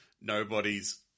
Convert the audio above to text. Nobody's